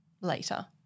later